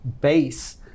base